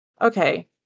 Okay